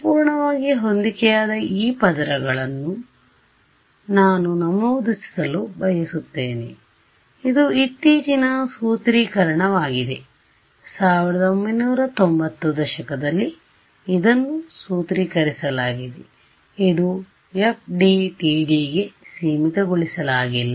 ಸಂಪೂರ್ಣವಾಗಿ ಹೊಂದಿಕೆಯಾದ ಈ ಪದರಗಳನ್ನು ನಾನು ನಮೂದಿಸಲು ಬಯಸುತ್ತೇನೆ ಇದು ಇತ್ತೀಚಿನ ಸೂತ್ರೀಕರಣವಾಗಿದೆ 1990 ದಶಕದಲ್ಲಿ ಇದನ್ನು ಸೂತ್ರೀಕರಿಸಲಾಗಿದೆ ಇದು FDTDಗೆ ಸೀಮಿತಗೊಳಿಸಲಾಗಿಲ್ಲ